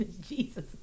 Jesus